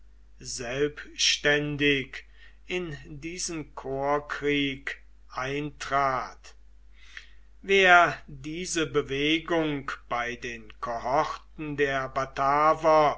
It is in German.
selbständig in diesen korpskrieg eintrat wer diese bewegung bei den kohorten der bataver